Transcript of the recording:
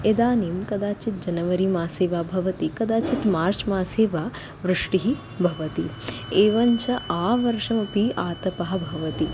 इदानीं कदाचित् जनवरि मासे वा भवति कदाचित् मार्च् मासे वा वृष्टिः भवति एवञ्च आवर्षमपि आतपः भवति